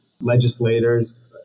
legislators